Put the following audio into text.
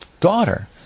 daughter